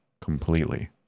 completely